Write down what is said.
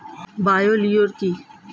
Bio লিওর কি?